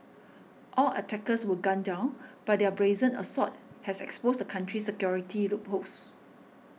all attackers were gunned down but their brazen assault has exposed the country's security loopholes